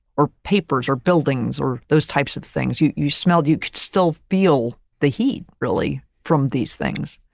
or papers, or buildings, or those types of things. you you smelled, you could still feel the heat really from these things.